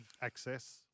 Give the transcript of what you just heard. access